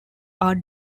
are